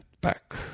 back